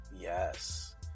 Yes